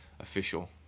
official